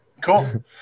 Cool